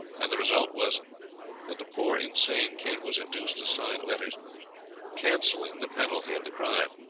and the result was that the poor insane king was induced to sign letters cancelling the penalty of the crime.